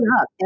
up